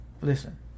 listen